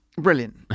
brilliant